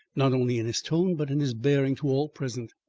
not only in his tone but in his bearing to all present.